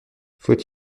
faut